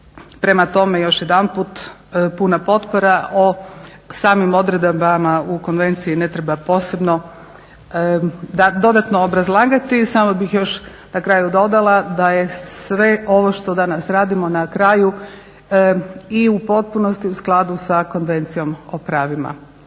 Prema tome još jedanput puna potpora. O samim odredbama u Konvenciji ne treba posebno dodatno obrazlagati. Samo bih još na kraju dodala da je sve ovo što danas radimo na kraju i u potpunosti u skladu sa Konvencijom o pravima